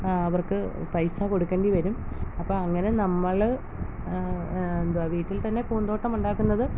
അവർക്ക് പൈസ കൊടുക്കേണ്ടി വരും അപ്പം അങ്ങനെ നമ്മൾ എന്താണ് വീട്ടിൽ തന്നെ പൂന്തോട്ടമുണ്ടാക്കുന്നത്